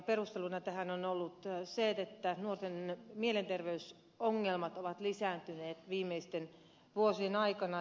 perusteluna tähän on ollut se että nuorten mielenterveysongelmat ovat lisääntyneet viimeisten vuosien aikana